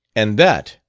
and that,